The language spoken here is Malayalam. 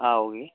ആ ഓക്കേ